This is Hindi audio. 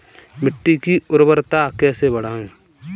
मिट्टी की उर्वरता कैसे बढ़ाएँ?